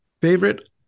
Favorite